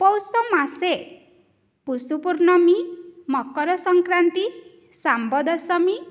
पौषमासे पुष्यपूर्णमी मकरसंक्रान्तिः सांबदशमी